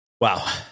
Wow